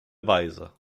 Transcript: weise